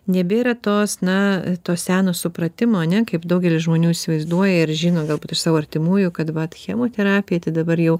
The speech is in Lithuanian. nebėra tos na to seno supratimo ane kaip daugelis žmonių įsivaizduoja ir žino galbūt iš savo artimųjų kad vat chemoterapija dabar jau